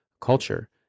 culture